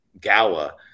Gala